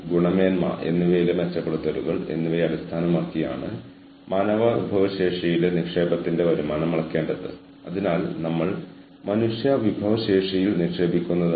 HRM പ്രൊഫഷണലുകൾ തങ്ങൾക്ക് അർഹതയുണ്ടെന്ന് അവർ കരുതുന്ന ഉയർന്ന വിലമതിപ്പ് തമ്മിലുള്ള ടെൻഷനുമായി നിരന്തരം പോരാടുകയാണ്